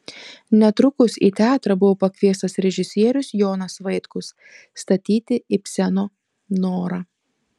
netrukus į teatrą buvo pakviestas režisierius jonas vaitkus statyti ibseno norą